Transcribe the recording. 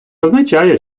означає